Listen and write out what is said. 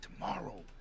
tomorrow